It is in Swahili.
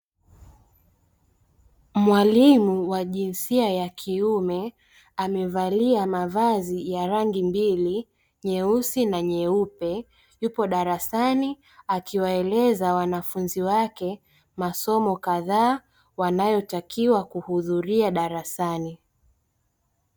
Mwalimu wa jinsia ya kiume amevalia mavazi ya rangi mbili nyeusi na nyeupe, yupo darasa akiwaeleza wanafunzi wake masomo kadhaa wanayotakiwa kuhudhuria darasani.